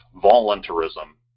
voluntarism